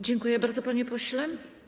Dziękuję bardzo, panie pośle.